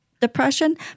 depression